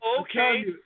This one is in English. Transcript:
okay